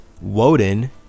Woden